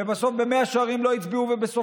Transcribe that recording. ודאי.